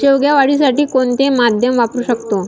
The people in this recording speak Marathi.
शेवगा वाढीसाठी कोणते माध्यम वापरु शकतो?